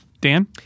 Dan